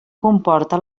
comporta